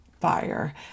fire